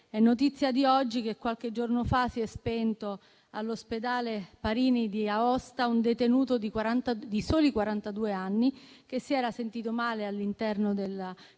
notizia di oggi che qualche giorno fa si è spento all'ospedale Parini di Aosta un detenuto di soli quarantadue anni, che si era sentito male all'interno della